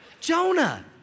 Jonah